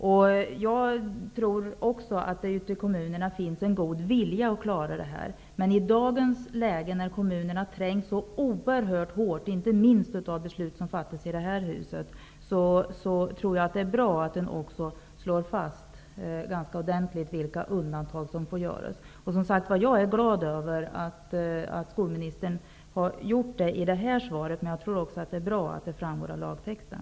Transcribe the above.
Även jag tror att det ute i kommunerna finns en god vilja att klara det här, men i dagens läge, när kommunerna trängs så oerhört hårt inte minst av beslut som fattas i det här huset, tror jag att det är bra att vi ganska ordentligt slår fast vilka undantag som får göras. Jag är som sagt glad över att skolministern har gjort det i det här svaret, men jag tror att det är bra om det också framgår av lagtexten.